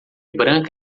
branca